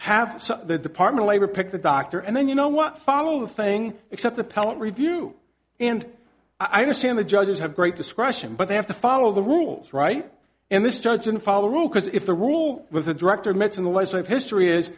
have the department of labor pick the doctor and then you know what follow the thing except appellate review and i understand the judges have great discretion but they have to follow the rules right in this judge and follow the rule because if the rule was the director meant in the lesson of history is